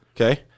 Okay